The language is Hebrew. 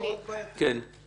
כן, נעמי.